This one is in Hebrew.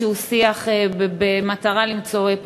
אני מניח שרבים שותפים לעמדה שהתקבלה בוועדה אשר לפיה